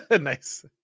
Nice